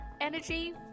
energy